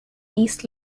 east